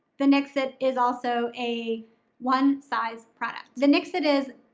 the nixit is also a one-size product. the nixit is,